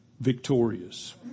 victorious